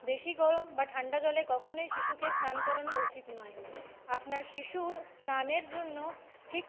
বেশি গরম বা ঠান্ডা জলে কখনোই শিশুকে স্নান করানো উচিত নয় আপনার শিশুর স্নানের জন্য ঠিক